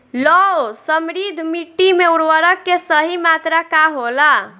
लौह समृद्ध मिट्टी में उर्वरक के सही मात्रा का होला?